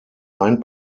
ein